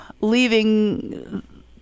leaving